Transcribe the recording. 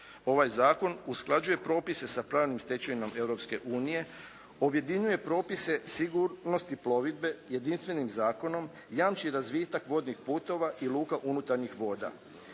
Ovaj Zakon usklađuje propise sa pravnom stečevinom Europske unije, objedinjuje propise sigurnosti plovidbe jedinstvenim zakonom, jamči razvitak vodnih putova i luka unutarnjih voda.